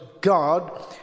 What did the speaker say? God